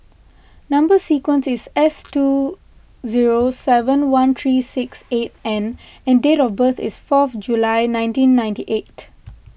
Number Sequence is S two zero seven one three six eight N and date of birth is fourth July nineteen ninety eight